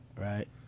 Right